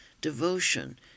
devotion